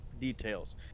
details